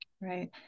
right